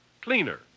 cleaner